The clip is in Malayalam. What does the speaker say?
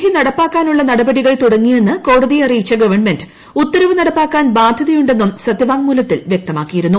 വിധി നടപ്പാക്കാനുള്ള നടപടികൾ തുടങ്ങിയെന്ന് കോടതിയെ അറിയിച്ച ഗവൺമെന്റ് ഉത്തരവ് നടപ്പാക്കാൻ ബാധ്യതയുണ്ടെന്നും സത്യവാങ്മൂലത്തിൽ വൃക്തമാക്കിയിരുന്നു